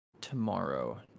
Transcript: Tomorrow